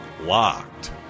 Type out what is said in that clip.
Locked